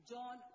John